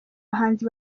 abahanzi